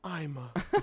Ima